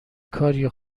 کاریه